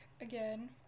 again